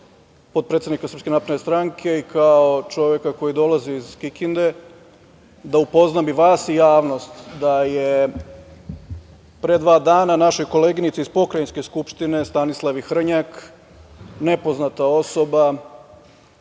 potpredsednika SNS i kao čoveka koji dolazi iz Kikinde da upoznam i vas i javnost da je pre dva dana našoj koleginici iz Pokrajinske skupštine Stanislavi Hrnjak nepoznata osoba